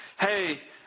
hey